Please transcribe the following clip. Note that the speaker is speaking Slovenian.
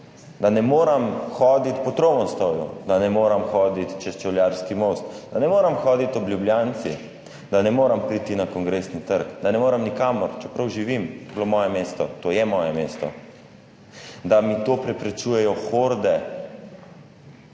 ne morem hoditi po Tromostovju, da ne morem hoditi čez Čevljarski most, da ne morem hoditi ob Ljubljanici, da ne morem priti na Kongresni trg. Da ne morem nikamor, čeprav živim, je bilo moje mesto, to je moje mesto. Da mi to preprečujejo horde